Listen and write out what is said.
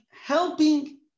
helping